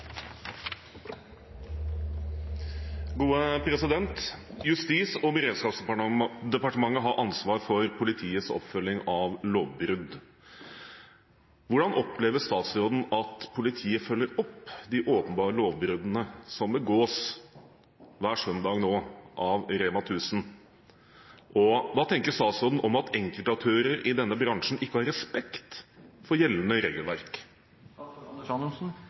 og beredskapsdepartementet har ansvaret for politiets oppfølging av lovbrudd. Hvordan opplever statsråden at politiet følger opp de åpenbare lovbruddene som begås av Rema-1000 hver søndag, og hva tenker statsråden om at enkeltaktører i denne bransjen ikke har respekt for gjeldende